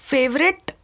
Favorite